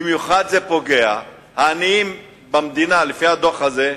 במיוחד זה פוגע, העניים במדינה, לפי הדוח הזה,